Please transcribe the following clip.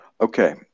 okay